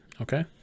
Okay